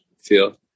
feel